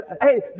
hey